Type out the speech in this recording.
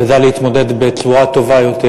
תדע להתמודד בצורה טובה יותר.